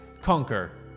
conquer